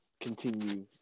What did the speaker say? continue